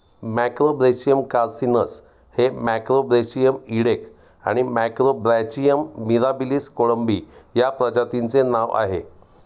Macrobrachium कार्सिनस हे मॅक्रोब्रेशियम इडेक आणि मॅक्रोब्रॅचियम मिराबिलिस कोळंबी या प्रजातींचे नाव आहे